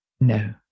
no